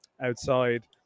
outside